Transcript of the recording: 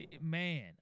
Man